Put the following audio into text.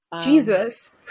Jesus